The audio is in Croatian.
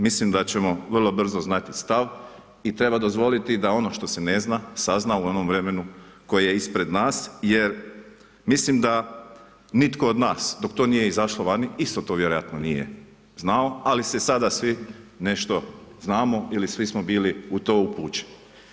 Mislim da ćemo vrlo brzo znati stav i treba dozvoliti da ono što se ne zna, sazna u onom vremenu koje je ispred nas, jer mislim da, nitko od nas, dok to nije izašlo vani, isto to vjerojatno nije znao, ali sada svi, nešto znamo ili svi smo bili u to upućeni.